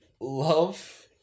love